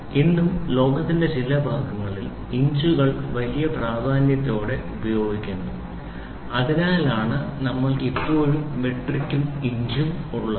ഇന്നും ലോകത്തിന്റെ ചില ഭാഗങ്ങളിൽ ഇഞ്ചുകൾ വലിയ പ്രാധാന്യത്തോടെ ഉപയോഗിക്കുന്നു അതിനാലാണ് നമ്മൾക്ക് ഇപ്പോഴും മെട്രിക്കും ഇഞ്ചും ഉള്ളത്